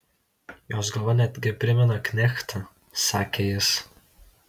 jos galva netgi primena knechtą sakė jis